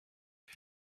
ist